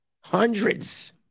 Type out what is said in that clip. Hundreds